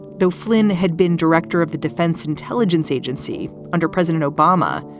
though flynn had been director of the defense intelligence agency under president obama,